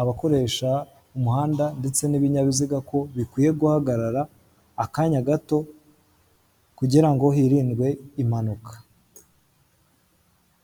abakoresha umuhanda ndetse n'ibinyabiziga ko bikwiye guhagarara akanya gato kugira ngo hirindwe impanuka.